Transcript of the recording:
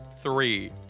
three